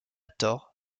tort